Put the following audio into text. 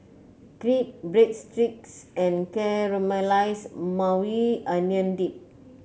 Crepe Breadsticks and Caramelized Maui Onion Dip